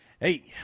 hey